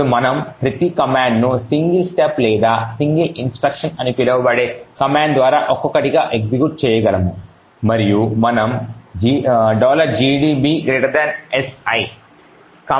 ఇప్పుడు మనము ప్రతి కమాండ్ ను సింగిల్ స్టెప్ లేదా సింగిల్ ఇన్స్ట్రక్షన్ అని పిలవబడే కమాండ్ ద్వారా ఒక్కొక్కటిగా ఎగ్జిక్యూట్ చేయగలము మరియు మనము gdb si కమాండ్ ద్వారా క్లుప్తం చేస్తాము